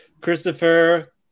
Christopher